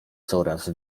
coraz